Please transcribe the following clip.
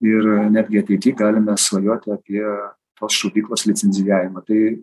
ir netgi ateity galime svajoti apie tos šaudyklos licencijavimą tai